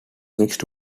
mixed